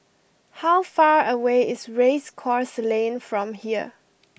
how far away is Race Course Lane from here